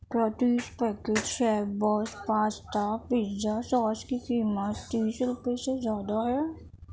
کیا تیس packet chef boss pasta pizza sauce کی قیمت تین سو روپے سے زیادہ ہے